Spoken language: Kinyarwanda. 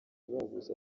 baguze